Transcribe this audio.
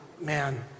man